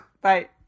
Bye